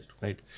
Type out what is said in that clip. right